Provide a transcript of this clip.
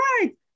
right